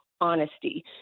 honesty